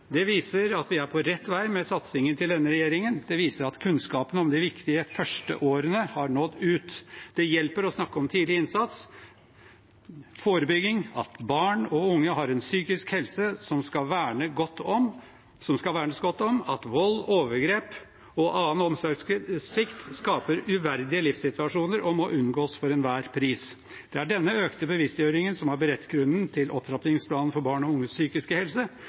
Det viser at vi er på rett vei med satsingen til denne regjeringen, og at kunnskapen om de viktige første årene har nådd ut. Det hjelper å snakke om tidlig innsats og forebygging, at barn og unge har en psykisk helse som skal vernes godt om, og at vold, overgrep og annen omsorgssvikt skaper uverdige livssituasjoner og må unngås for enhver pris. Det er denne økte bevisstgjøringen som har beredt grunnen for opptrappingsplanen for barn og unges psykiske helse,